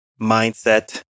mindset